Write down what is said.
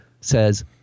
says